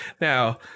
Now